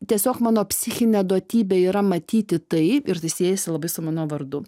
tiesiog mano psichinė duotybė yra matyti tai ir tai siejasi labai su mano vardu